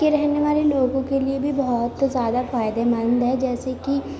کے رہنے والے لوگوں کے لیے بھی بہت زیادہ فائدے مند ہے جیسے کہ